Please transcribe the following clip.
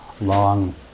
long